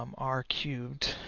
um r cubed